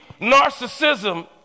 narcissism